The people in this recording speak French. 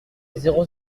zéro